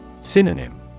Synonym